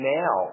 now